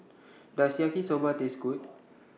Does Yaki Soba Taste Good